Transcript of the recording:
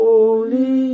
Holy